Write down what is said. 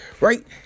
Right